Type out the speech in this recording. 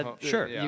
Sure